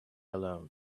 alone